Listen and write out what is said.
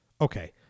Okay